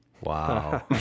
wow